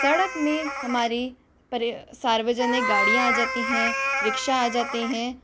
सड़क में हमारी परय सार्वजनिक गाडियाँ आ जाती हैं रिक्शा आ जाते हैं